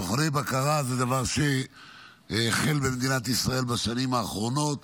בוחני בקרה זה דבר שהחל במדינת ישראל בשנים האחרונות,